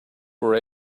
were